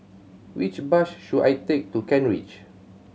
which bus should I take to Kent Ridge